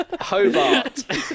Hobart